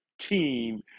team